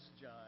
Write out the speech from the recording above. John